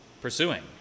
pursuing